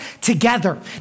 together